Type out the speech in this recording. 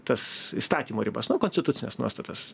tas įstatymo ribas nu konstitucines nuostatas